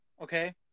okay